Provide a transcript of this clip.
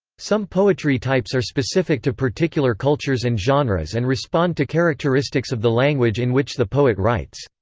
some poetry types are specific to particular cultures and genres and respond to characteristics of the language in which the poet writes.